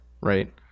right